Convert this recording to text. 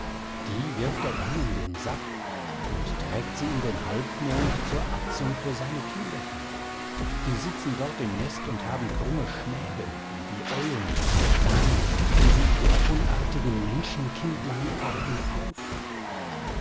die wirft er dann in den sack und trägt sie in den halbmond zur atzung für seine kinderchen die sitzen dort im nest und haben krumme schnäbel wie die eulen damit picken sie der unartigen menschenkindlein augen auf